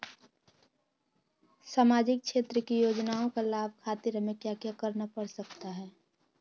सामाजिक क्षेत्र की योजनाओं का लाभ खातिर हमें क्या क्या करना पड़ सकता है?